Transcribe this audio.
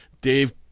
Dave